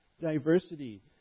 diversity